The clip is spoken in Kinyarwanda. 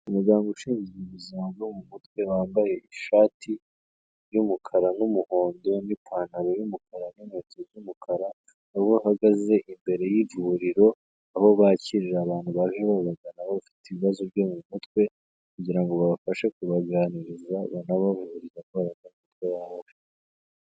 Umuganga ushinzwe ubuzima bwo mu mutwe. Wambaye ishati y'umukara n'umuhondo, n'ipantaro y'umukara, n'inkweko z'umukara. Aho ahagaze imbere y'ivuriro, aho bakirira abantu baje babagana bafite ibibazo byo mu mutwe. Kugira ngo babafashe kubaganiriza, banabahumurize.